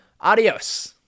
adios